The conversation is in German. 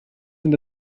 sind